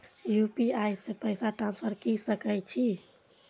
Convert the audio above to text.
UPI से पैसा transfer की सके छी?